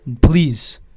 please